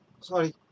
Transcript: sorry